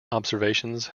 observations